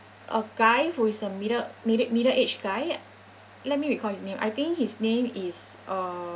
a guy who is a middle middi~ middle aged guy let me recall his name I think his name is uh